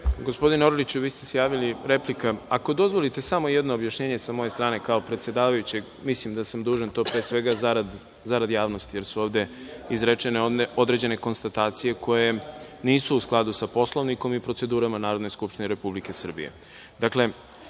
Orliću javili ste se za repliku, samo oko dozvolite jedno objašnjenje sa moje strane, kao predsedavajućeg. Mislim da sam dužan to, pre svega zarad javnosti, jer su ovde izrečene određene konstatacije koje nisu u skladu sa Poslovnikom i procedurama Narodne skupštine Republike Srbije. Dakle,